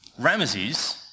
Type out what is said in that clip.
Ramesses